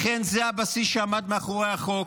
לכן, זה הבסיס שעמד מאחורי החוק.